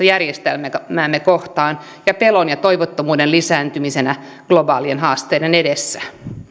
järjestelmäämme kohtaan ja pelon ja toivottomuuden lisääntymisenä globaalien haasteiden edessä